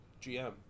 GM